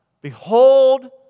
Behold